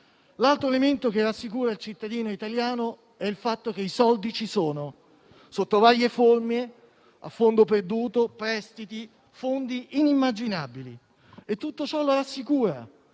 L'altro elemento che rassicura il cittadino italiano è il fatto che i soldi ci sono, sotto varie forme: a fondo perduto, prestiti, fondi inimmaginabili. Tutto ciò lo rassicura,